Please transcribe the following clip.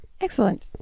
Excellent